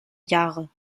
jahre